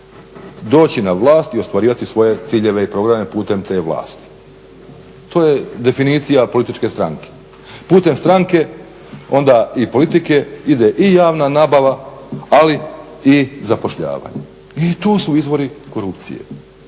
Doći na vlast i ostvarivati svoje ciljeve i programe putem te vlasti. To je definicija političke stranke, putem stranke onda i politike ide i javna nabava ali i zapošljavanje i to su izvori korupcije,